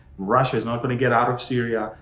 russia is not gonna get out of syria.